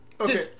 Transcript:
Okay